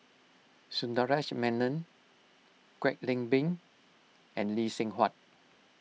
Sundaresh Menon Kwek Leng Beng and Lee Seng Huat